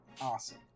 Awesome